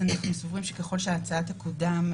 אנחנו סבורים שככל שההצעה תקודם,